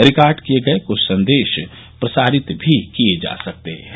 record किए गए कृष्ठ संदेश प्रसारित भी किए जा सकते हैं